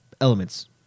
elements